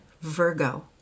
Virgo